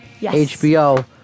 HBO